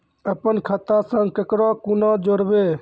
अपन खाता संग ककरो कूना जोडवै?